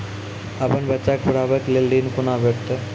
अपन बच्चा के पढाबै के लेल ऋण कुना भेंटते?